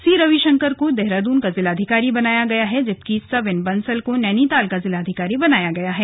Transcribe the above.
सी रविशंकर को देहरादून का जिलाधिकारी बनाया गया है जबकि सविन बंसल को नैनीताल का जिलाधिकारी बनाया गया है